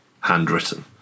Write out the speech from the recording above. handwritten